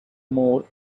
more